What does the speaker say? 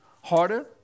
harder